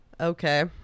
Okay